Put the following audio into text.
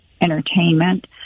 entertainment